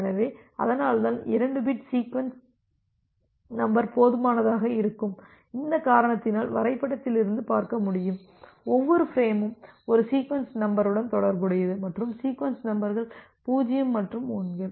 எனவே அதனால்தான் 2 bit sequence number போதுமானதாக இருக்கும் இந்த காரணத்தினால் வரைபடத்திலிருந்து பார்க்க முடியும் ஒவ்வொரு ஃபிரேமும் ஒரு சீக்வென்ஸ் நம்பருடன் தொடர்புடையது மற்றும் சீக்வென்ஸ் நம்பர்கள் 0 மற்றும் 1கள்